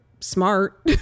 smart